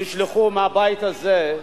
נשלחו מהבית הזה,